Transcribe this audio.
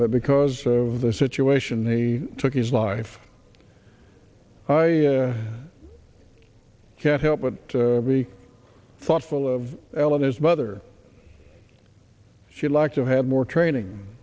but because of the situation he took his life i can't help but be thoughtful of eleanor's mother she'd like to have more training